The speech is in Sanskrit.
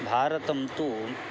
भारतं तु